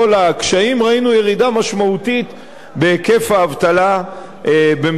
ראינו ירידה משמעותית בהיקף האבטלה במדינת ישראל.